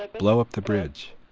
ah blow up the bridge.